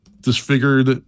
disfigured